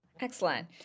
Excellent